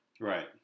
right